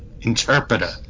interpreter